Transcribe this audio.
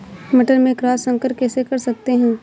मटर में क्रॉस संकर कैसे कर सकते हैं?